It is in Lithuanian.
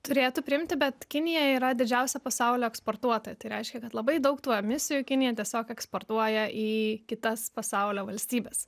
turėtų priimti bet kinija yra didžiausia pasaulio eksportuotoja tai reiškia kad labai daug tų emisijų kinija tiesiog eksportuoja į kitas pasaulio valstybes